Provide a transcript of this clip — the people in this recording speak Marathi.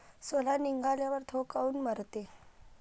सोला निघाल्यावर थो काऊन मरते?